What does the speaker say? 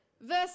Verse